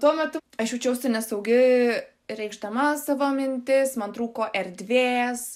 tuo metu aš jaučiausi nesaugi reikšdama savo mintis man trūko erdvės